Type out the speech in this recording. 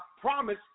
promise